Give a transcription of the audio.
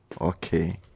okay